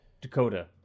Dakota